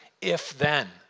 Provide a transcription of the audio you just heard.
if-then